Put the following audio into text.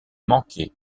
manquée